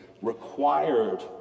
required